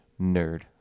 nerd